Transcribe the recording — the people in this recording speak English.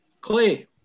Clay